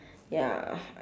ya